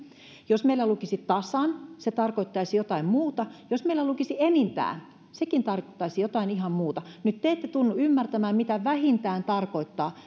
jos meillä lukisi tasan se tarkoittaisi jotain muuta ja jos meillä lukisi enintään sekin tarkoittaisi jotain ihan muuta nyt te ette tunnu ymmärtävän mitä vähintään tarkoittaa